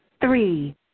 three